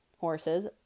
horses